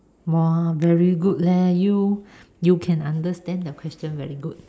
!wah! very good leh you you can understand the question very good